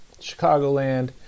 Chicagoland